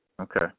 Okay